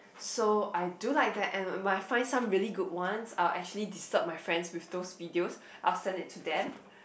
so I do like that and when I find some really good ones I'll actually disturb my friends with those videos I will send it to them